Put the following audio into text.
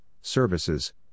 services